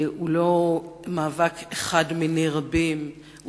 הוא לא מאבק אחד מני רבים,